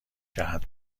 جهت